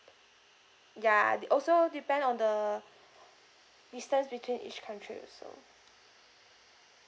ya it also depend on the distance between each country also